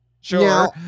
sure